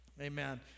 Amen